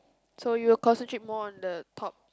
so you'll concentrate more on the top